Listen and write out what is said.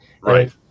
right